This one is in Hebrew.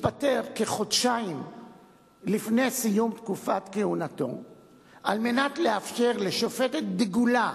התפטר כחודשיים לפני סיום תקופת כהונתו על מנת לאפשר לשופטת דגולה,